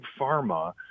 pharma